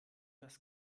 das